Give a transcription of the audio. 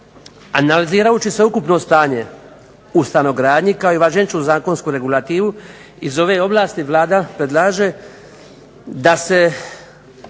Analizirajući sveukupno stanje u stanogradnji, kao i važeću zakonsku regulativu iz ove ovlasti Vlada predlaže da se